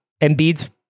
Embiid's